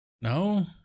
No